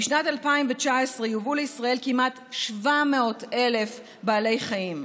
בשנת 2019 יובאו לישראל כמעט 700,000 בעלי חיים.